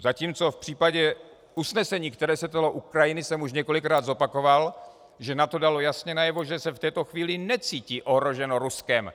Zatímco v případě usnesení, které se týkalo Ukrajiny, jsem už několikrát zopakoval, že NATO dalo jasně najevo, že se v této chvíli necítí ohroženo Ruskem.